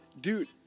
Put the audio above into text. dude